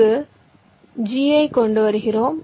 இங்கு g ஐ கொண்டு வருகிறோம்